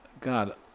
God